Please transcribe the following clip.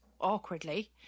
awkwardly